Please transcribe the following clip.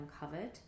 uncovered